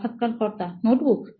সাক্ষাৎকারকর্তা নোটবুক